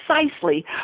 precisely